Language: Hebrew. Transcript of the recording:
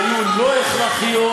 שהיו לא הכרחיות,